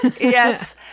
Yes